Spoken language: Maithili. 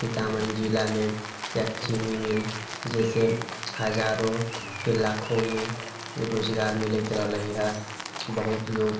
सीतामढ़ी जिलामे एक चीनी मिल जेहिसँ हजारो लाखोमे रोजगार मिलैत रहले है बहुत लोक